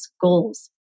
goals